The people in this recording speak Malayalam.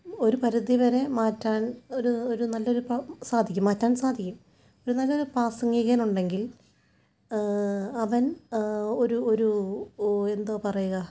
ഒരു പരുതിവരെ മാറ്റാൻ ഒരു ഒരു നല്ലൊരു പൗ സാധിക്കും മാറ്റാൻ സാധിക്കും ഒരു നല്ലൊരു പ്രാസംഗികൻ ഉണ്ടെങ്കിൽ അവൻ ഒരു ഒരു ഓ എന്താ പറയുക